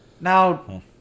Now